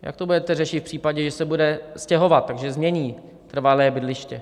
Jak to budete řešit v případě, že se bude stěhovat, takže změní trvalé bydliště?